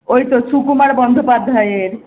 ওই তো সুকুমার বন্দ্যোপাধ্যায়ের